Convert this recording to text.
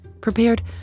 prepared